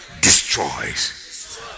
destroys